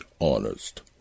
honest